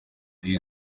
iyi